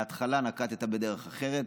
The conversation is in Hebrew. מההתחלה נקטת דרך אחרת,